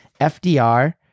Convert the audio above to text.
FDR